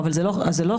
אבל זה לא חד-צדדי.